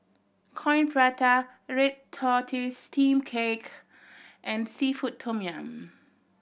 Coin Prata red tortoise steamed cake and seafood tom yum